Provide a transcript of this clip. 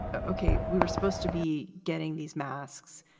ok, we were supposed to be getting these masks.